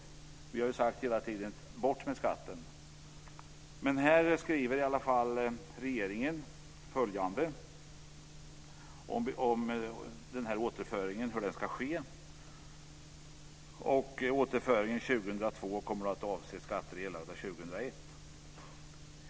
Vi har hela tiden sagt att man ska ta bort skatten. Utskottet skriver på s. 58 hur denna återföring enligt regeringen ska ske. "Återföringen år 2002 kommer att avse skatter erlagda år 2001.